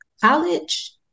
college